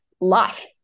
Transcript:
life